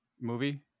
movie